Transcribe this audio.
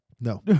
No